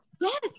yes